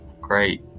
great